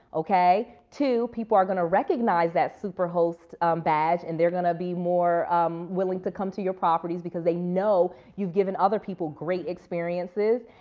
okay? two, people are going to recognize that super host badge. and they're going to be more willing to come to your properties because they know you've giver other people great experiences.